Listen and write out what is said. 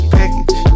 package